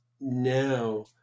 now